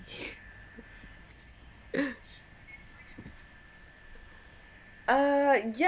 uh yeah